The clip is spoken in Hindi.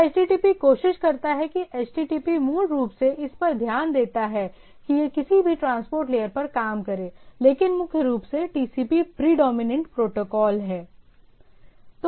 तो HTTP कोशिश करता है HTTP मूल रूप से इस पर ध्यान देता है कि यह किसी भी ट्रांसपोर्ट लेयर पर काम करे लेकिन मुख्य रूप से TCP प्रीडोमिनेंट प्रोटोकॉल है